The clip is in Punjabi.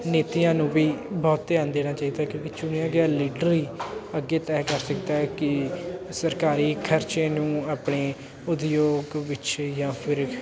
ਨੀਤੀਆਂ ਨੂੰ ਵੀ ਬਹੁਤ ਧਿਆਨ ਦੇਣਾ ਚਾਹੀਦਾ ਕਿਉਂਕਿ ਚੁਣਿਆਂ ਗਿਆ ਲੀਡਰ ਹੀ ਅੱਗੇ ਤੈਅ ਕਰ ਸਕਦਾ ਹੈ ਕਿ ਸਰਕਾਰੀ ਖਰਚੇ ਨੂੰ ਆਪਣੇ ਉਦਯੋਗ ਵਿੱਚ ਜਾਂ ਫਿਰ